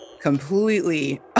completely